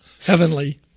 Heavenly